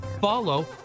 follow